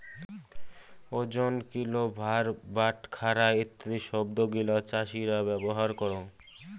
ওজন, কিলো, ভার, বাটখারা ইত্যাদি শব্দ গিলা চাষীরা ব্যবহার করঙ